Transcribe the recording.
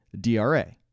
DRA